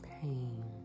pain